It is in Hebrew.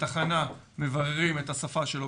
בתחנה מבררים את השפה שלו.